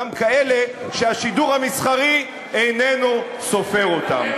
גם כאלה שהשידור המסחרי איננו סופר אותם.